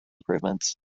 improvements